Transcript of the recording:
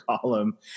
column